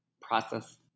process